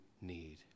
need